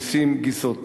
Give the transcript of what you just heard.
גיסים וגיסות.